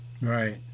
Right